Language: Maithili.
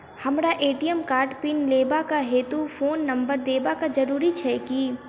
हमरा ए.टी.एम कार्डक पिन लेबाक हेतु फोन नम्बर देबाक जरूरी छै की?